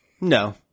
No